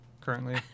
currently